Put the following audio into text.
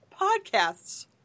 podcasts